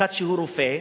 אחד שהוא רופא,